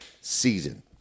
season